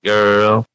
Girl